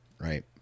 Right